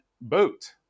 boat